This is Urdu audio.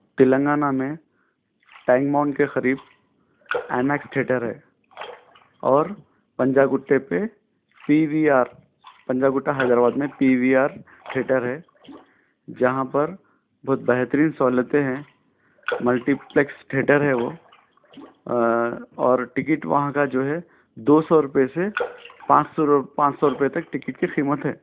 تلنگانہ میں ٹینگ مونگ کے قریب ایم ایکس تھیٹر ہے اور پنجہ گُٹے پہ P V R Panjagutta Hyderabad میں پی وی آر تھیٹر ہے جہاں پر بہت بہترین سہولتیں ہیں ملٹی پلیکس تھیٹر ہے وہ اور ٹکٹ وہاں کا جو ہے دو سو روپے سے پانچ سو رو پانچ سو روپے تک ٹکٹ کی قیمت ہے